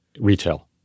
Retail